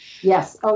Yes